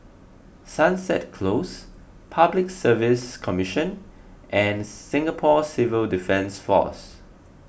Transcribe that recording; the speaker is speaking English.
Sunset Close Public Service Commission and Singapore Civil Defence force